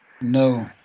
No